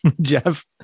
Jeff